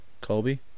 Colby